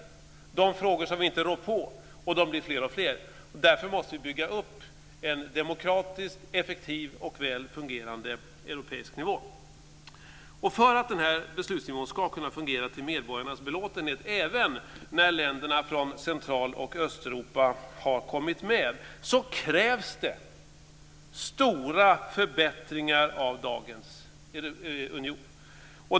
De frågor som vi inte rår på blir fler och fler, och därför måste vi bygga upp en demokratisk, effektiv och väl fungerande europeisk nivå. För att den här beslutsnivån ska kunna fungera till medborgarnas belåtenhet även när länderna från Central och Östeuropa har kommit med krävs det stora förbättringar av dagens union.